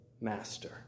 master